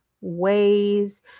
ways